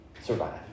survive